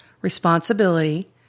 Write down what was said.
responsibility